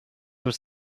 was